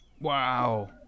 Wow